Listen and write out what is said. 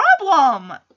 problem